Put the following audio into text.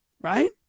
right